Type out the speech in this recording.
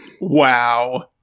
Wow